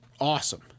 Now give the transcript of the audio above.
awesome